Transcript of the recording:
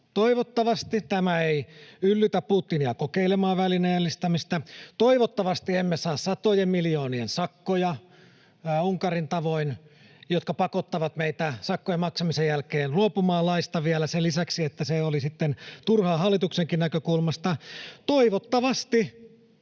Toivottavasti tämä ei yllytä Putinia kokeilemaan välineellistämistä, toivottavasti emme saa Unkarin tavoin satojen miljoonien sakkoja, mikä pakottaa meitä sakkoja maksamisen jälkeen luopumaan laista vielä sen lisäksi, että se oli sitten turhaa hallituksenkin näkökulmasta. Toivottavasti